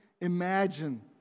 imagine